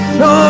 no